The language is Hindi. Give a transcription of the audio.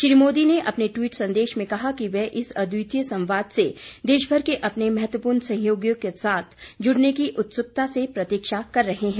श्रीमोदी ने अपने द्वीट संदेश में कहा कि वह इस अद्वितीय संवाद से देशमर के अपने महत्वपूर्ण सहयोगियों के साथ जुड़ने की उत्सुकता से प्रतीक्षा कर रहे हैं